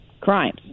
crimes